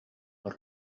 per